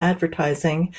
advertising